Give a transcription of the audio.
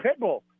Pitbull